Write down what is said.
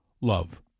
love